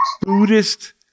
Buddhist